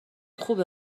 خوبه